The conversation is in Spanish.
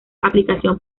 aplicación